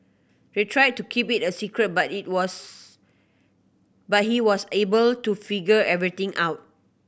they tried to keep it a secret but it was but he was able to figure everything out